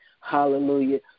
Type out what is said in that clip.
Hallelujah